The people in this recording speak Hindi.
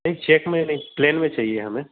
नहीं चेक में नहीं प्लेन में चाहिए हमें